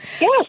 Yes